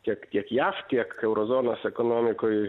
tiek tiek jav tiek euro zonos ekonomikoj